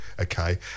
okay